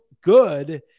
good